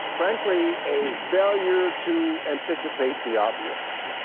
frankly, a failure to anticipate the obvious.